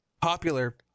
popular